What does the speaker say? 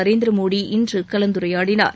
நரேந்திரமோடி இன்று கலந்துரையாடினார்